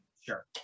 sure